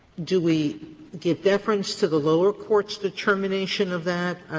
do we give deference to the lower court's determination of that?